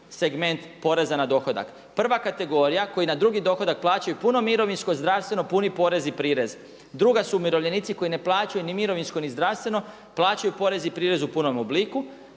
segment poreza na dohodak. Prva kategorija koja na drugi dohodak puno mirovinsko zdravstveno, puni porez i prirez. Druga su umirovljenici koji ne plaćaju ni mirovinsko ni zdravstveno, plaćaju porez i prirez u punom obliku.